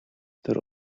дээр